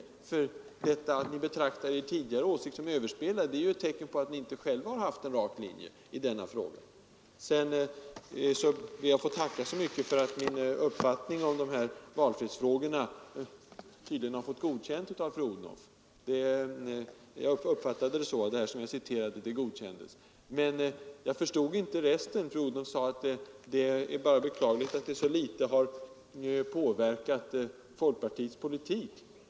Det förhållandet att ni betraktar en tidigare åsikt som överspelad är ju tecken på att ni inte själva har haft någon rak linje i denna fråga. Jag ber att få tacka så mycket för att min uppfattning om valfrihetsfrågorna tydligen har fått godkänt av fru Odhnoff. Jag uppfattade det så att de tankar som jag citerade godkändes. Men jag förstod inte resten. Fru Odhnoff sade att det är beklagligt att det så litet har påverkat folkpartiets politik.